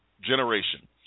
Generation